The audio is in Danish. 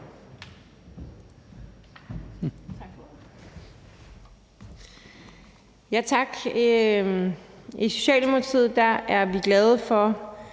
Tak.